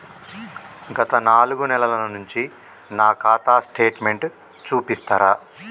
గత నాలుగు నెలల నుంచి నా ఖాతా స్టేట్మెంట్ చూపిస్తరా?